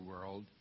world